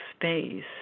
space